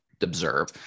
observe